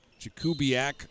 Jakubiak